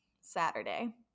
Saturday